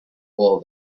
wool